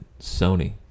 Sony